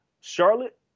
Charlotte